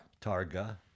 targa